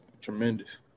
tremendous